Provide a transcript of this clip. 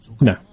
No